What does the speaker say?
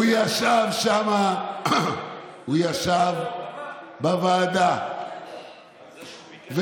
הוא ישב שם, הוא ישב בוועדה ודיבר,